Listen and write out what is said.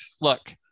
look